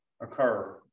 occur